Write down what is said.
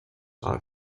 are